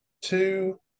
two